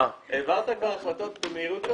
ברגע שהוא הסתיים, אין מניעה שזה